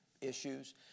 issues